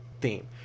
theme